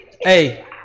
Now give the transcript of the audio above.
Hey